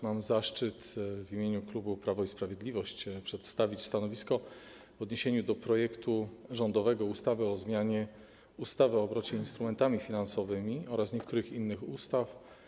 Mam zaszczyt w imieniu klubu Prawo i Sprawiedliwość przedstawić stanowisko w odniesieniu do rządowego projektu ustawy o zmianie ustawy o obrocie instrumentami finansowymi oraz niektórych innych ustaw.